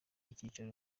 icyicaro